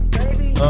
baby